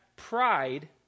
Pride